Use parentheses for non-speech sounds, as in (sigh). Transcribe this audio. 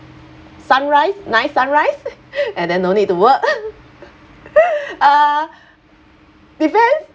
sunrise nice sunrise (laughs) and then no need to work (laughs) uh (breath) depends